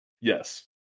Yes